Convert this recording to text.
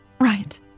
Right